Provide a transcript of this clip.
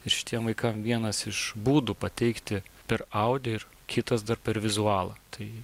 ir šitiem vaikams vienas iš būdų pateikti per audi ir kitas dar per vizualą tai